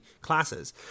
classes